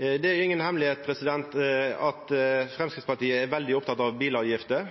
Det er ikkje noka hemmelegheit at Framstegspartiet er veldig oppteke av bilavgifter.